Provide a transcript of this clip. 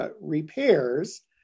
repairs